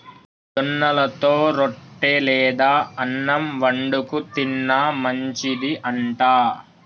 జొన్నలతో రొట్టె లేదా అన్నం వండుకు తిన్న మంచిది అంట